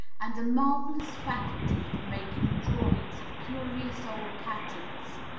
and a marvellous faculty for making drawings of curious old patterns.